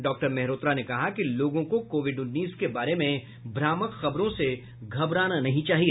doctor Mehrotra ने कहा कि लोगों को कोविड उन्नीस के बारे में भ्रामक खबरों से घबराना नहीं चाहिए